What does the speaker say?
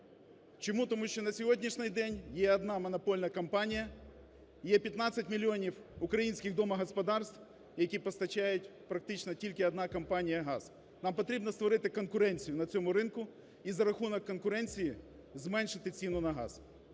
Чому? Тому що на сьогоднішній день є одна монопольна компанія, є 15 мільйонів українських домогосподарств, яким постачає практично тільки одна компанія газ. Нам потрібно створити конкуренцію на цьому ринку і за рахунок конкуренції зменшити ціну на газ.